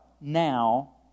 now